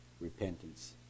repentance